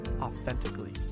authentically